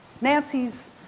Nancy's